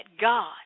God